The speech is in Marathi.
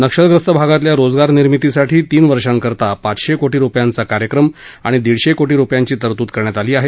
नक्षलग्रस्त भागातल्या रोजगारनिर्मितीसाठी तीन वर्षांकरता पाचशे कोटी रुपयांचा कार्यक्रम आणि दीडशे कोटी रुपयांची तरतूद करण्यात आली आहे